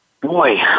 boy